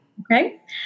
Okay